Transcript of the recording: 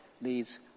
leads